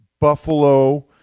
Buffalo